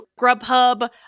Grubhub